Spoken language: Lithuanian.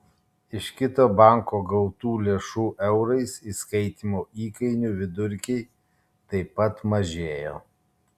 iš kito banko gautų lėšų eurais įskaitymo įkainių vidurkiai taip pat mažėjo